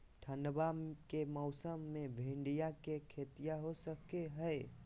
ठंडबा के मौसमा मे भिंडया के खेतीया हो सकये है?